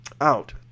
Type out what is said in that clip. out